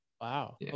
wow